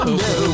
no